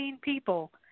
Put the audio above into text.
people